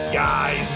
guys